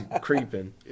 creeping